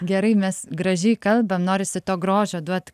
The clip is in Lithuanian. gerai mes gražiai kalbam norisi to grožio duot